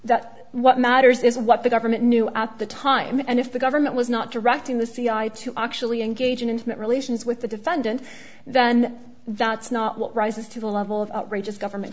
that what matters is what the government knew at the time and if the government was not directing the cia to actually engage in intimate relations with the defendant then that's not what rises to the level of outrageous government